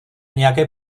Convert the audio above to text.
nějaké